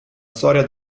storia